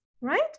right